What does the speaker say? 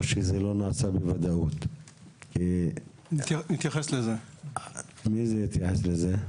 נמצא כאן אני מקווה שיקבל את זכות הדיבור